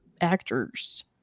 actors